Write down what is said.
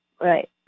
Right